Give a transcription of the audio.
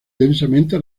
densamente